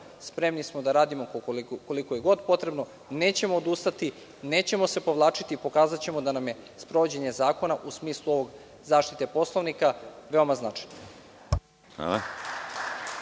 Spremni smo da radimo koliko je god potrebno. Nećemo odustati, nećemo se povlačiti. Pokazaćemo da nam je sprovođenje zakona, u smislu ovog, zaštite Poslovnika, veoma značajno.